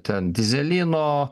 ten dyzelino